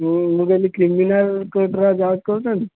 ମୁଁ କହିଲି କ୍ରିମିନାଲ୍ କୋର୍ଟର ଜଜ୍ କହୁଛନ୍ତି